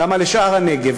כמה לשאר הנגב,